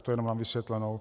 To jen na vysvětlenou.